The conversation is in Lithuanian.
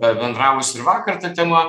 pabendravus ir vakar ta tema